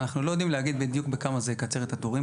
אנחנו לא יודעים להגיד בדיוק בכמה זה יקצר את התורים.